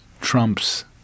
trumps